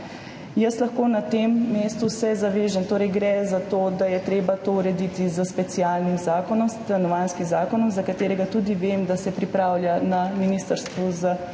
stanovanj. Na tem mestu se lahko zavežem – gre za to, da je treba to urediti s specialnim zakonom, Stanovanjskim zakonom, za katerega tudi vem, da se pripravlja na Ministrstvu za